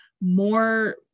more